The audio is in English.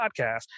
podcast